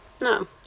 No